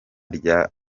rya